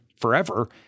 forever